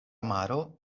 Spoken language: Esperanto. maro